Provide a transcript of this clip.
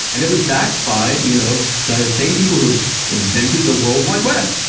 and it was backed by you know the same people who had invented the worldwide web.